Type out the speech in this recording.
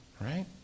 right